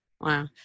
Wow